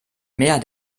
mehr